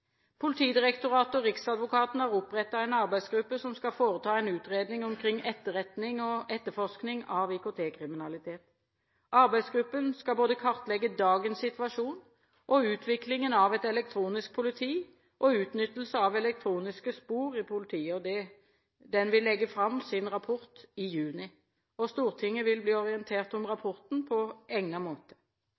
Politidirektoratet og riksadvokaten har opprettet en arbeidsgruppe som skal foreta en utredning omkring etterretning og etterforskning av IKT-kriminalitet. Arbeidsgruppen skal kartlegge både dagens situasjon, utviklingen av et elektronisk politi og utnyttelse av elektroniske spor i politiet. Den vil legge fram sin rapport i juni. Stortinget vil bli orientert om rapporten på egnet måte.